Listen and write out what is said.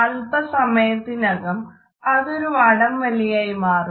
അല്പസമയത്തിനകം അതൊരു വടംവലിയായി മാറും